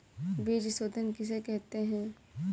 बीज शोधन किसे कहते हैं?